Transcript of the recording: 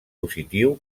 positiu